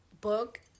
book